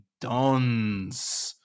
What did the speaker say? Dons